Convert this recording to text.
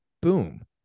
Boom